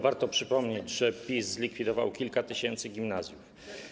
Warto przypomnieć, że PiS zlikwidował kilka tysięcy gimnazjów.